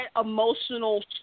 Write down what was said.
emotional